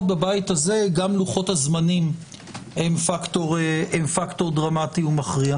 בבית הזה גם לוחות הזמנים הם פקטור דרמטי ומכריע.